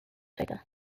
figure